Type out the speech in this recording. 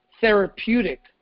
therapeutic